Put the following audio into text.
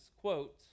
quote